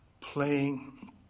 playing